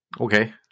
Okay